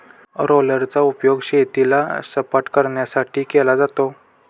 रोलरचा उपयोग शेताला सपाटकरण्यासाठी केला जातो